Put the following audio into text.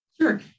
Sure